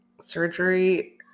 Surgery